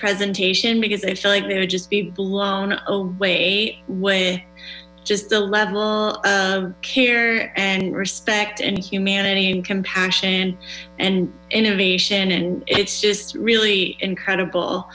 presentation because i feel like they would just be blown way way just the level care and respect and humanity and compassion and innovation and it's just really incredible